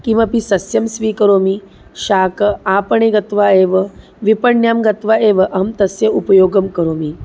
किमपि सस्यं स्वीकरोमि शाकम् आपणे गत्वा एव विपण्यां गत्वा एव अहं तस्य उपयोगं करोमि